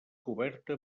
coberta